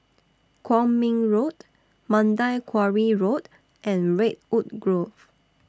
Kwong Min Road Mandai Quarry Road and Redwood Grove